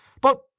But